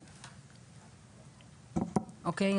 אוקיי,